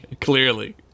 clearly